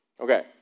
Okay